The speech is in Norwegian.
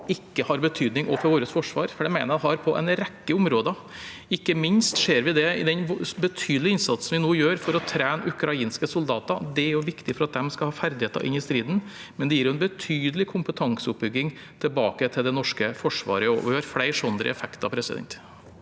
ikke har betydning også for vårt forsvar. For det mener jeg de har på en rekke områder. Ikke minst ser vi det i den betydelige innsatsen vi nå gjør for å trene ukrainske soldater. Det er viktig for at de skal ha ferdigheter i striden, men det gir jo også en betydelig kompetanseoppbygging tilbake til det norske forsvaret, og vi har flere sånne effekter. Hårek